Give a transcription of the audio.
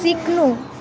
सिक्नु